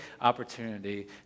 opportunity